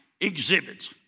exhibits